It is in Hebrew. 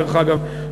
דרך אגב,